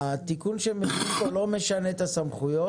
התיקון שהם מביאים פה לא משנה את הסמכויות,